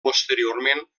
posteriorment